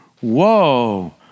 whoa